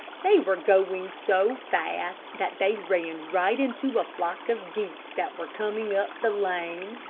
they were going so fast that they ran right into a flock of geese that were coming up the lane.